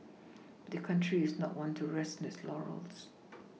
the country is not one to rest its laurels